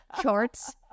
charts